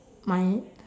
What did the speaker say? my